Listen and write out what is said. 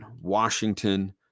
Washington